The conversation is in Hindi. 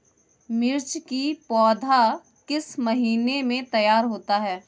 मिर्च की पौधा किस महीने में तैयार होता है?